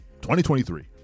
2023